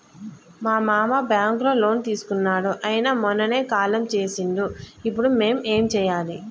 మా మామ బ్యాంక్ లో లోన్ తీసుకున్నడు అయిన మొన్ననే కాలం చేసిండు ఇప్పుడు మేం ఏం చేయాలి?